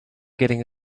getting